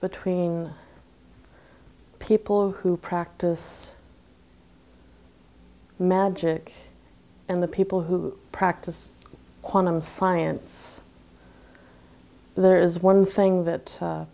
between people who practice magic and the people who practice quantum science there is one thing that